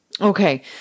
Okay